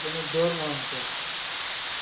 Benudhar Mahanta